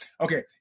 Okay